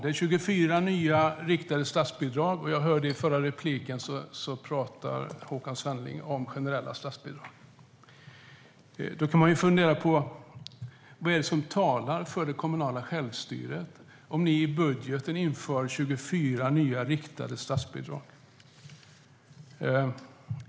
Det är 24 nya riktade statsbidrag. Jag hörde att Håkan Svenneling i förra repliken talade om generella statsbidrag. Vad är det som talar för det kommunala självstyret om ni i budgeten inför 24 nya riktade statsbidrag?